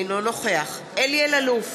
אינו נוכח אלי אלאלוף,